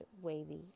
wavy